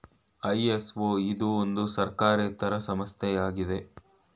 ISO ಇದು ಒಂದು ಸರ್ಕಾರೇತರ ಸಂಸ್ಥೆ ಆಗಿದೆ